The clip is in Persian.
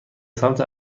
سمت